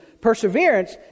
Perseverance